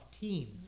Teams